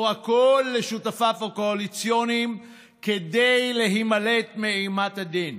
הכול לשותפיו הקואליציוניים כדי להימלט מאימת הדין.